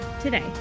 today